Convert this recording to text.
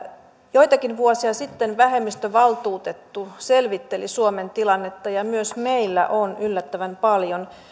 joitakin vuosia sitten vähemmistövaltuutettu selvitteli suomen tilannetta ja myös meillä on yllättävän paljon